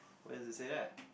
where does it say that